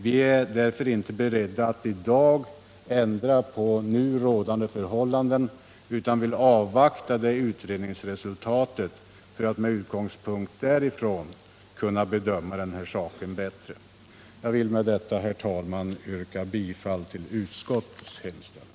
Vi är därför inte beredda att i dag ändra på nu rådande förhållanden utan vill avvakta det utredningsresultatet för att med utgångspunkt i det kunna bedöma denna fråga bättre. Jag vill med detta, herr talman, yrka bifall till utskottets hemställan.